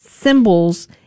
symbols